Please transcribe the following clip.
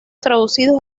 traducidos